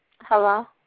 Hello